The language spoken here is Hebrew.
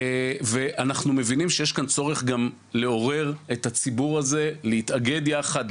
ואנחנו מבינים שיש פה צורך לעורר את הציבור הזה להתאגד יחד,